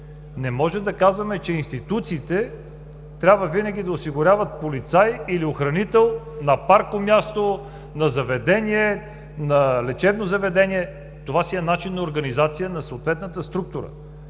Не може да казваме, че институциите трябва винаги да осигуряват полицай или охранител на паркомясто, на заведение, на лечебно заведение. Това си е начин на организация на съответната структура.